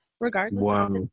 regardless